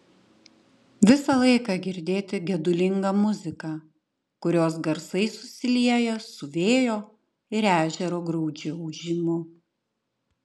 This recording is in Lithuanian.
visą laiką girdėti gedulinga muzika kurios garsai susilieja su vėjo ir ežero graudžiu ūžimu